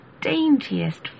daintiest